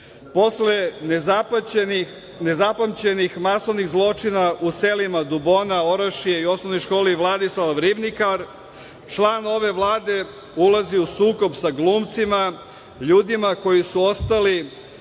nezapamćenih masovnih zločina u selima Dubona, Orašje i OŠ „Vladislav Ribnikar“ član ove Vlade ulazi u sukob sa glumcima, ljudima koji su ostali